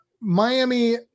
Miami